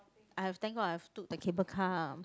I've thank God I've took the cable car ah